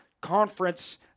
conference